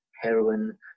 heroin